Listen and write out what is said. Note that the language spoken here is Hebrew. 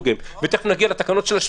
הדוגמה הכי טובה זה קניון קריית אונו של אמות,